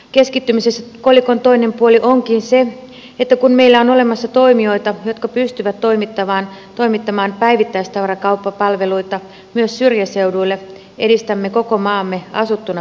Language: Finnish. keskittymisessä kolikon toinen puoli onkin se että kun meillä on olemassa toimijoita jotka pystyvät toimittamaan päivittäistavarakauppapalveluita myös syrjäseuduille edistämme koko maamme asuttuna pysymistä